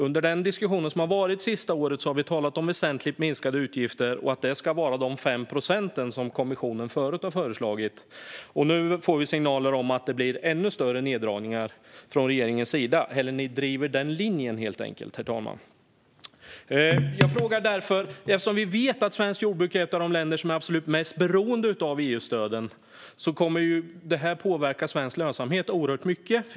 Under den diskussion som har förts det senaste året har vi talat om väsentligt minskade utgifter och att det ska vara de 5 procent som kommissionen tidigare har föreslagit. Nu får vi signaler från regeringens sida om att det blir ännu större neddragningar. Man driver helt enkelt den linjen, herr talman. Eftersom vi vet att Sverige är ett av de länder där jordbruket är som absolut mest beroende av EU-stöden kommer detta att påverka lönsamheten i svenskt jordbruk oerhört mycket.